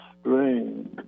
strange